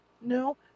No